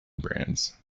brands